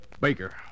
Baker